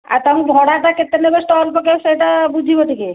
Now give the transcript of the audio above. ଆଉ ତାଙ୍କ ଭଡ଼ା ଟା କେତେ ନେବେ ଷ୍ଟଲ ପକେଇବେ ସେଇଟା ବୁଝିବ ଟିକେ